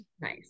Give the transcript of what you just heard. Nice